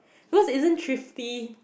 cause isn't thrifty